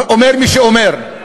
אומר מי שאומר,